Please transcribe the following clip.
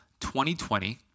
2020